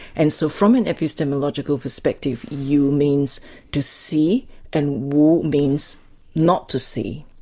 and so from an epistemological perspective, you means to see and wu means not to see.